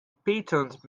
patent